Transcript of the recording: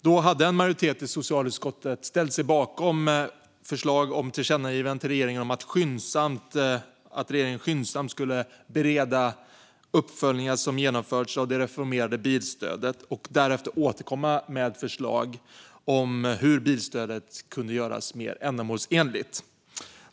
Då hade en majoritet i socialutskottet ställt sig bakom ett förslag om ett tillkännagivande till regeringen att skyndsamt bereda de uppföljningar som genomförts av det reformerade bilstödet och därefter återkomma med förslag om hur bilstödet kunde göras mer ändamålsenligt.